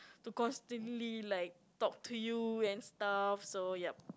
to constantly like talk to you and stuff so yep